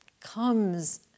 comes